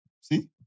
See